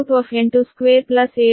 52 ಇದು 10